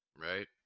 Right